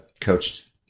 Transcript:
Coached